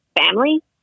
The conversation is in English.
family